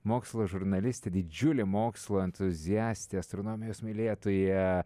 mokslo žurnalistė didžiulė mokslo entuziastė astronomijos mylėtoja